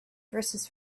verses